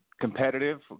Competitive